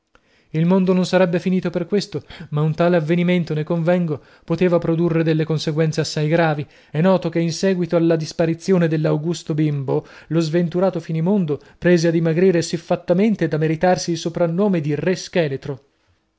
il mondo non sarebbe finito per questo ma un tale avvenimento ne convengo poteva produrre delle conseguenze assai gravi è noto che in seguito alla disparizione dell'augusto bimbo lo sventurato finimondo prese a dimagrare sifattamente da meritarsi il soprannome di re scheletro